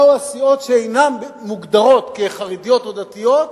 באו הסיעות שאינן מוגדרות כחרדיות או דתיות,